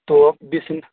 तो बिस